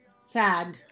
sad